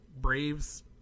Braves